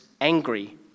angry